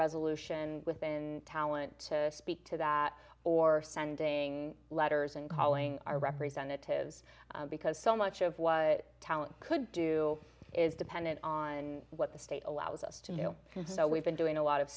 resolution within talent to speak to that or sending letters and calling our representatives because so much of what talent could do is dependent on what the state allows us to do so we've been doing a lot of